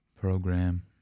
program